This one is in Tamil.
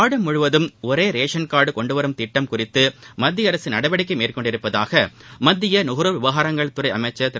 நாடு முழுவதும் ஒரே ரேஷன் காா்டு கொண்டுவரும் திட்டம் குறித்து மத்திய அரசு நடவடிக்கை மேற்கொண்டுள்ளதாக மத்திய நுகர்வோர் விவகாரங்கள் துறை அமைச்சர் திரு